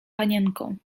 panienką